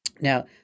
Now